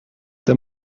der